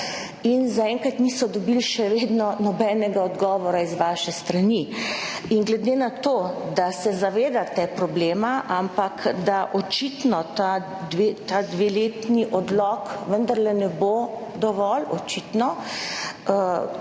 in zaenkrat še vedno niso dobili nobenega odgovora z vaše strani. Glede na to, da se zavedate problema, očitno ta dveletni odlok vendarle ne bo dovolj, očitno,